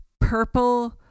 purple